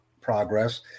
progress